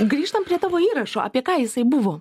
grįžtam prie tavo įrašų apie ką jisai buvo